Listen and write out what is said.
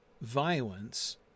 violence